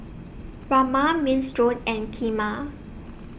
Rajma Minestrone and Kheema